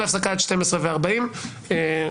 (הישיבה נפסקה בשעה 12:34 ונתחדשה